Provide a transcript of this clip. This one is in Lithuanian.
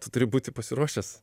tu turi būti pasiruošęs